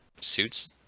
suits